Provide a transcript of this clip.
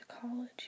college